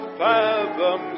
fathom